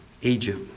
Egypt